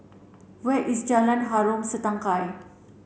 where is Jalan Harom Setangkai